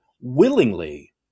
willingly